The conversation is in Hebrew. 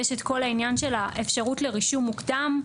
יש את כל העניין של האפשרות לרישום מוקדם,